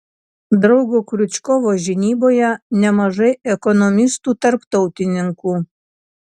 draugo kriučkovo žinyboje nemažai ekonomistų tarptautininkų